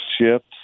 ships